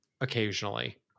occasionally